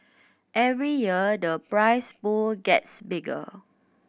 every year the prize pool gets bigger